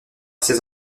ses